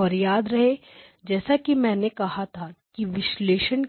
और याद रहे जैसा कि मैंने कहा है कि विश्लेषण